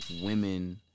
women